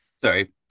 sorry